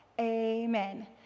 Amen